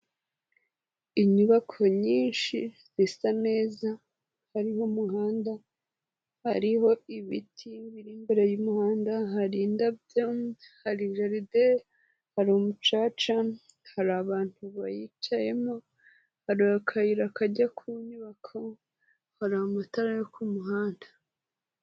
Inyubako nyinshi zisa neza, hariho umuhanda, hariho ibiti biri imbere y'umuhanda, hari indabyo, hari jaride, hari umucaca, hari abantu bayicayemo, hari akayira kajya ku nyubako, hari amatara yo ku muhanda.